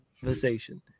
conversation